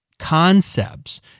Concepts